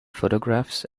photographs